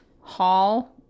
Hall